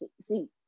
see